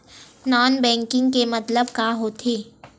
Non banking के मतलब का होथे?